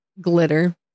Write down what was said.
Glitter